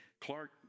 Clark